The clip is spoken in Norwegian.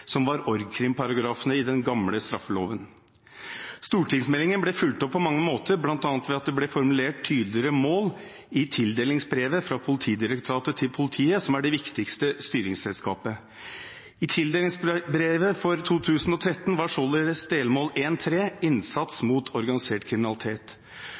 som var org.krim.-paragrafene i den gamle straffeloven. Stortingsmeldingen ble fulgt opp på mange måter, bl.a. ved at det ble formulert tydeligere mål i tildelingsbrevet fra Politidirektoratet til politiet, som er det viktigste styringsredskapet. I tildelingsbrevet for 2013 var således delmål 1.3 «Innsats mot organisert kriminalitet», og det ble definert slik at omfanget av kriminalitet